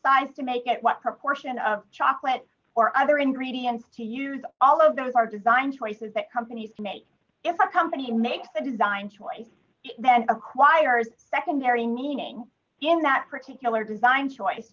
size to make it what proportion of chocolate or other ingredients to use all of those are design choices that companies make if a company makes a design choice acquired secondary meaning in that particular design choice